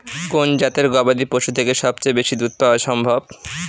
কোন জাতের গবাদী পশু থেকে সবচেয়ে বেশি দুধ পাওয়া সম্ভব?